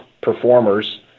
performers